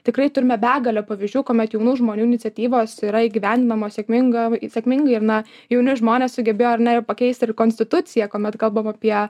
tikrai turime begalę pavyzdžių kuomet jaunų žmonių iniciatyvos yra įgyvendinamos sėkmingai sėkmingai ir na jauni žmonės sugebėjo ar ne pakeisti ir konstituciją kuomet kalbam apie